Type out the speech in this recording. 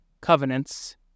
covenants